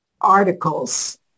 articles